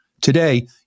today